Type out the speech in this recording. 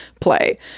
play